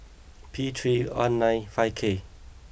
P three one nine five K